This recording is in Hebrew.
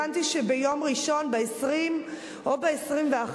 הבנתי שביום ראשון, ב-20 או ב-21,